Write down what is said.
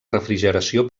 refrigeració